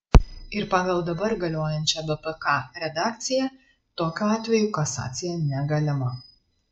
ir pagal dabar galiojančią bpk redakciją tokiu atveju kasacija negalima